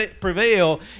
prevail